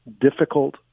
difficult